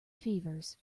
fevers